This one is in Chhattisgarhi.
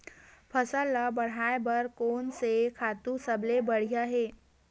फसल ला बढ़ाए बर कोन से खातु सबले बढ़िया हे?